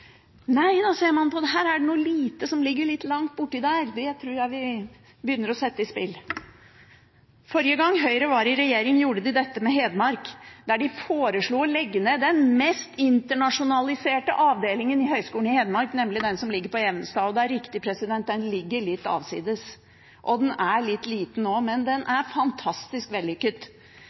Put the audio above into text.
Nei, da ser man på det slik: Her er det noe lite som ligger langt borti der, så det tror jeg vi begynner å sette i spill. Forrige gang Høyre var i regjering gjorde de dette med Hedmark, der de foreslo å legge ned den mest internasjonaliserte avdelingen av Høgskolen i Hedmark, nemlig den som ligger på Evenstad. Og ja, det er riktig at den ligger litt avsides, og den er litt liten også, men den er fantastisk vellykket.